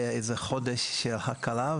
יהיה איזה חודש של הקלה,